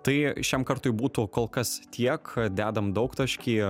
tai šiam kartui būtų kol kas tiek dedam daugtaškį